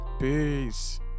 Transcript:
Peace